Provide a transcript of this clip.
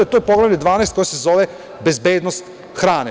To je Poglavlje 12 koje se zove bezbednost hrane.